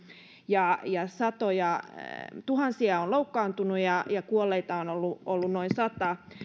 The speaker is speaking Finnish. satojatuhansia on loukkaantunut ja ja kuolleita on ollut ollut noin sata